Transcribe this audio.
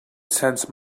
sense